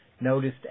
noticed